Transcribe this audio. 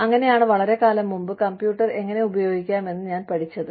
അങ്ങനെയാണ് വളരെക്കാലം മുമ്പ് കമ്പ്യൂട്ടർ എങ്ങനെ ഉപയോഗിക്കാമെന്ന് ഞാൻ പഠിച്ചത്